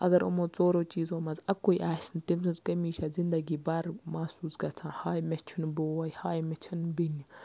اگر یِمو ژورو چیٖزو مَنز اَکوے آسہِ نہٕ تٔمۍ سٕنز کٔمی چھےٚ زندگی بر محسوٗس گَژھان ہاے مےٚ چھُنہٕ بوے ہاے مےٚ چھَنہٕ بیٚنہِ